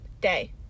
day